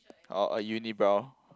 oh a unibrow